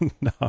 No